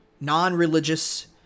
non-religious